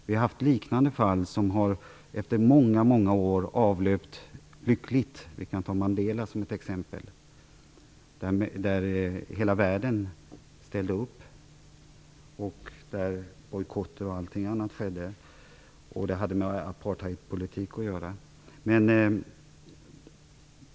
Vi har haft liknande fall som efter väldigt många år avlöpt lyckligt. Mandela är ett exempel. Hela världen ställde ju upp där. Bojkotter osv. förekom. Allt detta hade ju med apartheidpolitiken att göra.